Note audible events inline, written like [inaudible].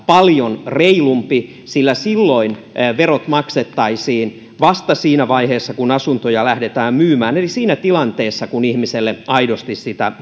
paljon reilumpi sillä silloin verot maksettaisiin vasta siinä vaiheessa kun asuntoja lähdetään myymään eli siinä tilanteessa kun ihmiselle aidosti sitä [unintelligible]